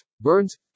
burns